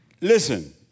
Listen